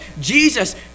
Jesus